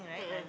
a'ah